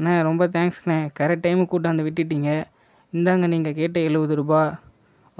அண்ணே ரொம்ப தேங்க்ஸ்ணே கரெக்ட் டைமுக்கு கூட்டாந்து விட்டுட்டீங்க இந்தாங்க நீங்கள் கேட்ட எழுவது ரூபாய்